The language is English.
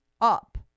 up